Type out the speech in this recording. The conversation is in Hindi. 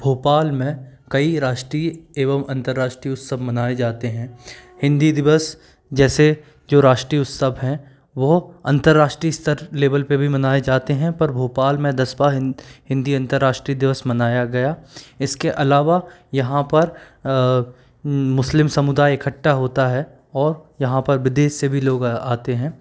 भोपाल में कई राष्ट्रीय एवं अंतर्राष्ट्रीय उत्सव मनाए जाते हैं हिन्दी दिवस जैसे जो राष्ट्रीय उत्सव हैं वो अंतर्राष्ट्रीय स्तर लेवल पर भी मनाए जाते हैं पर भोपाल में दसवां हिन हिन्दी अंतर्राष्ट्रीय दिवस मनाया गया इसके अलावा यहाँ पर मुस्लिम समुदाय इखट्टा होता है और यहाँ पर विदेश से भी लोग आते हैं